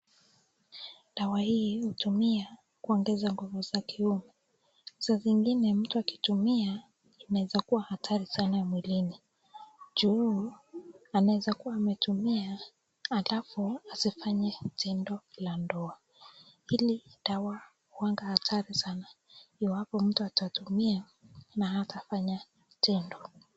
Dawa hii hutumia kuongeza nguvu za kiume. Sasa zingine mtu akitumia inaweza kuwa hatari sana mwilini. Juu anaweza kuwa ametumia alafu asifanye tendo la ndoa. Hii dawa huwa ni hatari sana iwapo mtu atatumia na hatafanya tendo.